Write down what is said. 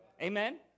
Amen